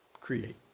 create